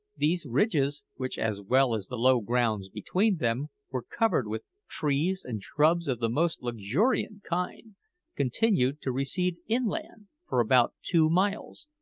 these ridges which, as well as the low grounds between them, were covered with trees and shrubs of the most luxuriant kind continued to recede inland for about two miles,